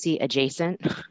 adjacent